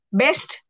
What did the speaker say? best